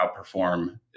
outperform